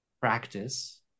practice